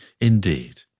Indeed